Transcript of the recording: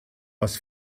was